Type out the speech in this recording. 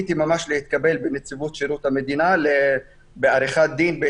כשניסיתי ממש להתקבל בנציבות שירות המדינה להתמחות בעריכת דין.